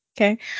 Okay